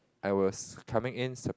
I was coming in sup~